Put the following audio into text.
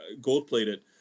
gold-plated